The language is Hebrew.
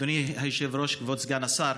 אדוני היושב-ראש, כבוד סגן השר,